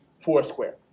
Foursquare